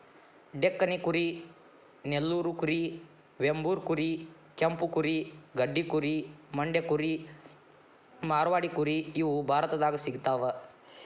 ಡೆಕ್ಕನಿ ಕುರಿ ನೆಲ್ಲೂರು ಕುರಿ ವೆಂಬೂರ್ ಕುರಿ ಕೆಂಪು ಕುರಿ ಗಡ್ಡಿ ಕುರಿ ಮಂಡ್ಯ ಕುರಿ ಮಾರ್ವಾಡಿ ಕುರಿ ಇವು ಭಾರತದಾಗ ಸಿಗ್ತಾವ